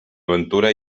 aventura